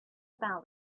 about